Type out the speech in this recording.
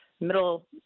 middle